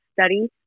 study